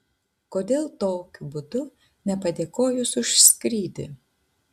kodėl tokiu būdu nepadėkojus už skrydį